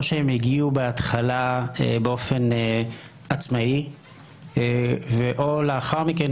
או שהם הגיעו בהתחלה באופן עצמאי או לאחר מכן,